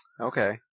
Okay